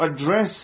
address